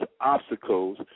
obstacles